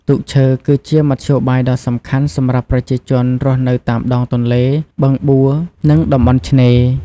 ទូកឈើគឺជាមធ្យោបាយដ៏សំខាន់សម្រាប់ប្រជាជនរស់នៅតាមដងទន្លេ បឹងបួ និងតំបន់ឆ្នេរ ។